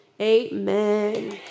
Amen